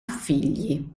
figli